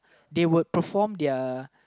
they would perform their